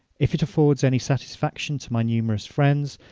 if it affords any satisfaction to my numerous friends,